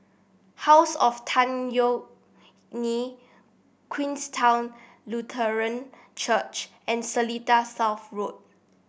house of Tan Yeok Nee Queenstown Lutheran Church and Seletar South Road